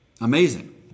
amazing